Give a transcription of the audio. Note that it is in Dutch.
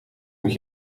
moet